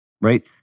right